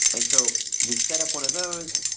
and so, we set up one of those.